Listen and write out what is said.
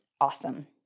awesome